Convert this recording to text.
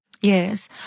Yes